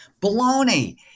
Baloney